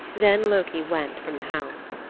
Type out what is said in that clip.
then loki went from the house.